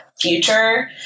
future